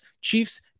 Chiefs